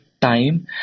time